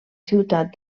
ciutat